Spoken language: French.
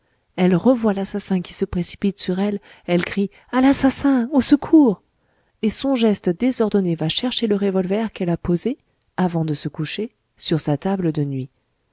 elle revoit l'assassin qui se précipite sur elle elle crie à l'assassin au secours et son geste désordonné va chercher le revolver qu'elle a posé avant de se coucher sur sa table de nuit